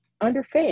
underfed